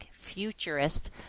futurist